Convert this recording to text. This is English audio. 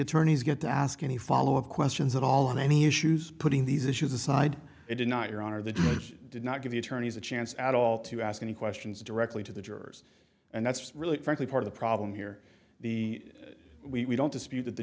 attorneys get to ask any follow up questions at all on any issues putting these issues aside it did not your honor that did not give the attorneys a chance at all to ask any questions directly to the jurors and that's really frankly part of the problem here the we don't dispute th